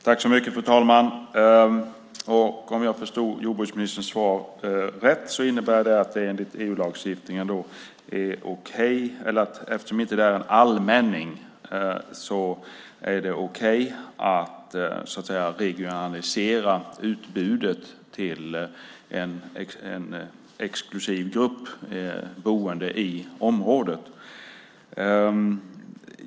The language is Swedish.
Fru talman! Om jag förstod jordbruksministerns svar rätt innebär det att det enligt EU-lagstiftningen är okej, eftersom det här inte är en allmänning, att så att säga regionalisera utbudet till en exklusiv grupp boende i området.